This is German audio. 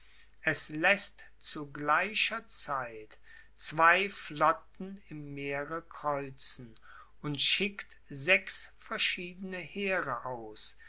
es läßt zu gleicher zeit zwei flotten im meere kreuzen und schickt sechs verschiedene heere aus